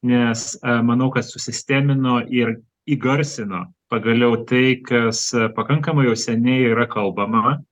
nes manau kad susistemino ir įgarsino pagaliau tai kas pakankamai jau seniai yra kalbama